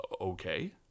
okay